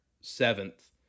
seventh